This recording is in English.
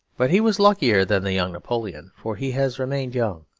but he was luckier than the young napoleon for he has remained young.